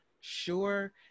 Sure